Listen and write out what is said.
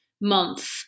month